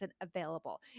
available